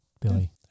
Billy